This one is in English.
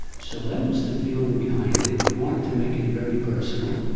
so that was the feeling behind it. we wanted to make it very personal,